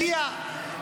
הגיע,